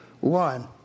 one